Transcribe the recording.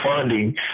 funding